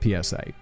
psa